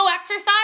exercise